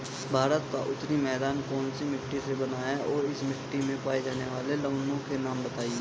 भारत का उत्तरी मैदान कौनसी मिट्टी से बना है और इस मिट्टी में पाए जाने वाले लवण के नाम बताइए?